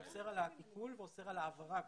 אוסר על העיקול ואוסר גם על העברה.